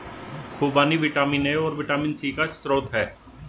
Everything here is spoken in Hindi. खूबानी विटामिन ए और विटामिन सी का स्रोत है